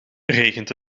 regent